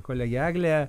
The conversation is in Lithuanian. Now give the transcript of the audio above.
kolegė eglė